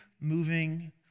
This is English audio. moving